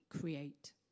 create